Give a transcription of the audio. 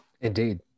indeed